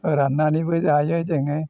फोरान्नानैबो जायो जोङो